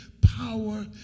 power